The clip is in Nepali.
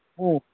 अँ